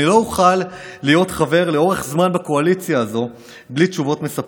אני לא אוכל להיות חבר לאורך זמן בקואליציה הזו בלי תשובות מספקות,